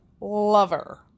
lover